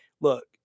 Look